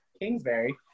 Kingsbury